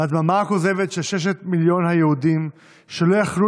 לדממה הכוזבת של ששת מיליוני היהודים שלא יכלו